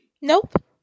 Nope